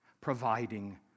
Providing